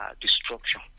destruction